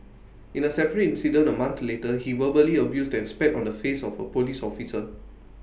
in A separate incident A month later he verbally abused and spat on the face of A Police officer